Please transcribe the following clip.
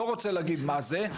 לא רוצה להגיד מה זה.